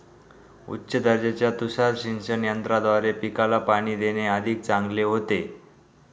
उच्च दर्जाच्या तुषार सिंचन यंत्राद्वारे पिकाला पाणी देणे अधिक चांगले होते